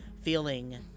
feeling